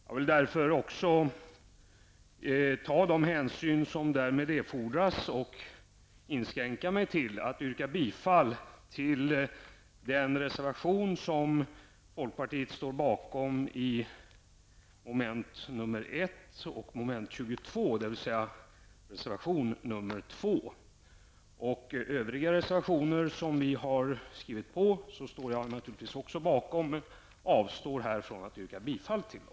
Jag vill därför också ta de hänsyn som därmed erfordras och inskränka mig till att yrka bifall till den reservation som folkpartiet står bakom under mom. 1 och mom. 22, dvs. reservation nr 2. Jag står naturligtvis bakom övriga reservationer som vi har skrivit på, men avstår här från att yrka bifall till dem.